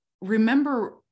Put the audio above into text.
remember